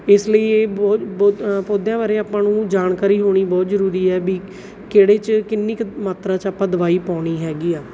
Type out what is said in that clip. ਇਸ ਲਈ ਇਹ ਬਹ ਬਹੁਤ ਪੌਦਿਆਂ ਬਾਰੇ ਆਪਾਂ ਨੂੰ ਜਾਣਕਾਰੀ ਹੋਣੀ ਬਹੁਤ ਜ਼ਰੂਰੀ ਹੈ ਵੀ ਕਿਹੜੇ 'ਚ ਕਿੰਨੀ ਕੁ ਮਾਤਰਾ ਚ ਆਪਾਂ ਦਵਾਈ ਪਾਉਣੀ ਹੈਗੀ ਆ